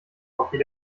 hockey